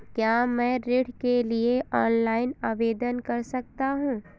क्या मैं ऋण के लिए ऑनलाइन आवेदन कर सकता हूँ?